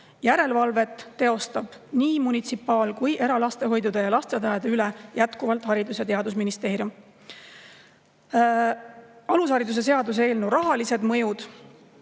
Järelevalvet teostab nii munitsipaal‑ kui ka eralastehoidude ja ‑lasteaedade üle jätkuvalt Haridus‑ ja Teadusministeerium. Alusharidusseaduse eelnõu rahalised mõjud.